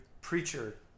preacher